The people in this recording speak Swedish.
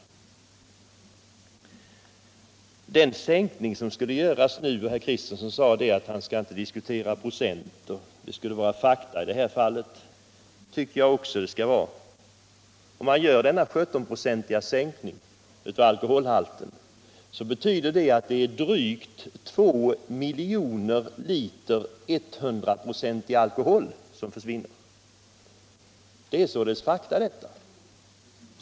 Beträffande den sänkning som skulle göras nu sade herr Kristenson att han inte skulle diskutera procent — det skulle vara fakta i det här fallet. Det tycker jag också att det skall vara. Om man gör denna 17 procentiga sänkning av alkoholhalten, så betyder det att drygt 2 miljoner liter 100-procentig alkohol försvinner. Detta är fakta.